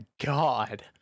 god